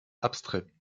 abstrait